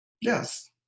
yes